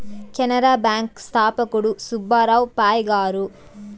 Canara bank స్థాపకుడు సుబ్బారావు పాయ్ గారు